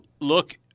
look